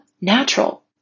natural